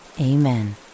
amen